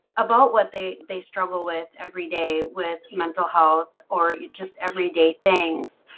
about what they they struggle with everyday with mental health or just everyday things